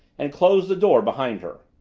and closed the door behind her.